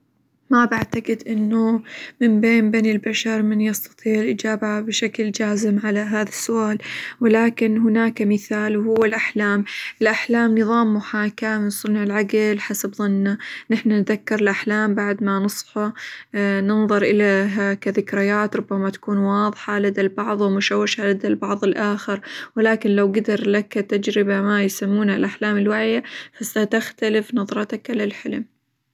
ما بعتقد إنه من بين بني البشر من يستطيع الإجابة بشكل جازم على هذا السؤال، ولكن هناك مثال وهو الأحلام، الأحلام نظام محاكاة من صنع العقل حسب ظننا، نحنا نتذكر الأحلام بعد ما نصحى ننظر إليها كذكريات ربما تكون واظحة لدى البعظ، ومشوشة لدى البعظ الآخر، ولكن لو قدر لك تجربة ما يسمونه الأحلام الواعية، فستختلف نظرتك للحلم.